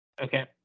Okay